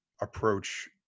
approach